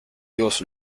vivos